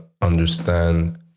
understand